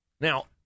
Now